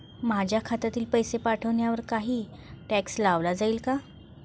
माझ्या खात्यातील पैसे पाठवण्यावर काही टॅक्स लावला जाईल का?